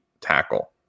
tackle